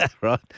Right